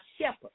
shepherd